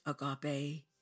agape